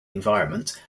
environment